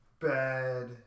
bad